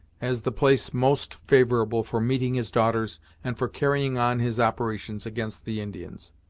as the place most favorable for meeting his daughters and for carrying on his operations against the indians.